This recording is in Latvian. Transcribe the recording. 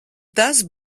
tas